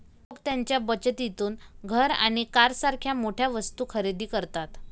लोक त्यांच्या बचतीतून घर आणि कारसारख्या मोठ्या वस्तू खरेदी करतात